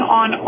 on